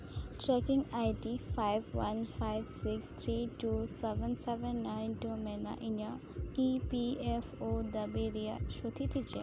trekking I D five one five six three two seven seven nine two ᱢᱮᱱᱟᱜ ᱤᱧᱟᱹᱜ E P F O ᱨᱮᱭᱟᱜ ᱫᱚ ᱪᱮᱫ